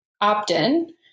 opt-in